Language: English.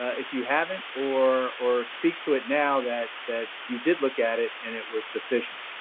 if you haven't, or or speak to it now that that you did look at it and it was sufficient.